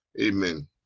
amen